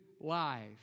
life